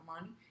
money